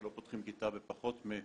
שלא פותחים כיתה בפחות מ ---,